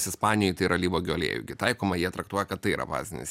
sispanijoj tai yra alyvuogių aliejų gi taikoma jie traktuoja kad tai yra bazinis